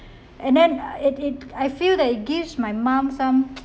and then it it I feel that it gives my mum some